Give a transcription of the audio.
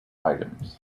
items